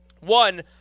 One